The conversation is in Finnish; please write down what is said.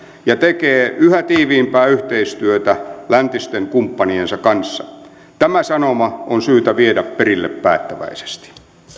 ja tekee yhä tiiviimpää yhteistyötä läntisten kumppaniensa kanssa tämä sanoma on syytä viedä perille päättäväisesti